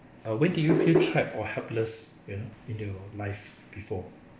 uh when do you feel trapped or helpless you know in your life before